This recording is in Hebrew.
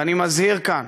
ואני מזהיר כאן: